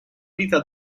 vita